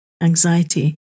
anxiety